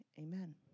amen